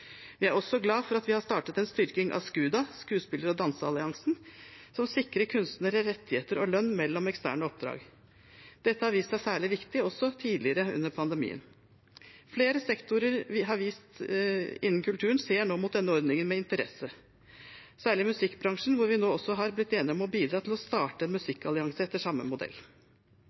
Vi er også glad for at vi har startet en styrking av SKUDA, skuespiller- og danseralliansen, som skal sikre kunstnere rettigheter og lønn mellom eksterne oppdrag. Dette har vist seg særlig viktig også tidligere under pandemien. Flere sektorer innenfor kulturen ser nå med interesse mot denne ordningen – særlig musikkbransjen, hvor vi har blitt enige om å bidra til å starte en musikkallianse etter samme modell.